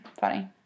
funny